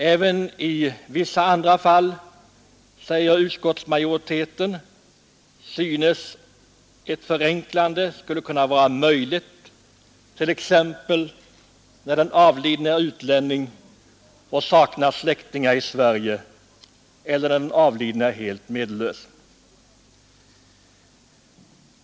Även i vissa andra fall, säger utskottsmajoriteten, synes en förenkling vara möjlig, t.ex. när den avlidne är utlänning och saknar släktingar i Sverige eller när den avlidne är helt medellös.